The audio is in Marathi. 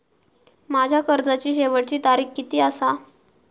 माझ्या कर्जाची शेवटची तारीख किती आसा?